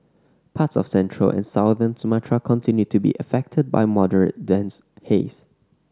parts of central and southern Sumatra continue to be affected by moderate to dense haze